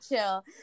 chill